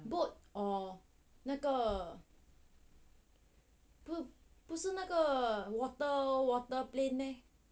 boat or 那个不不是那个 water water plane meh